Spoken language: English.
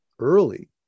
early